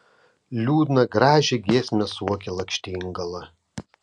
liūdną gražią giesmę suokė lakštingala